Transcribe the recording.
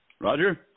Roger